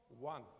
one